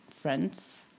friends